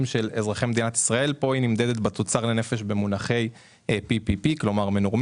של אזרחי מדינת ישראל ב-20 השנים האחרונות.